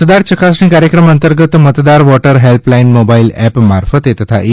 મતદાર ચકાસણી કાર્યક્રમ અંતર્ગત મતદાર વોટર હેલ્પલાઇન મોબાઇલ એપ મારફતે તથા ઇ